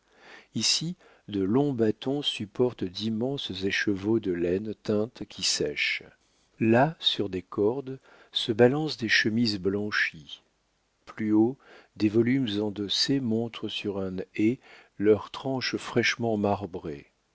ici de longs bâtons supportent d'immenses écheveaux de laine teinte qui sèchent là sur des cordes se balancent des chemises blanchies plus haut des volumes endossés montrent sur un ais leurs tranches fraîchement marbrées